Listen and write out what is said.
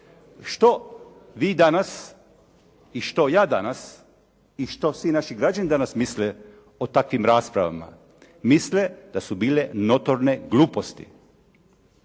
Što vi danas i što ja danas i što vi naši građani danas misle o takvim raspravama? Misle da su bile notorne gluposti.